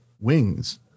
wings